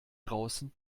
draußen